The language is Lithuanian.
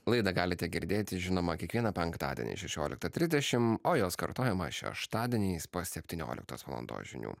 laidą galite girdėti žinoma kiekvieną penktadienį šešioliktą trisdešimt o jos kartojimą šeštadieniais po septynioliktos valandos žinių